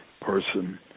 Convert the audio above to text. person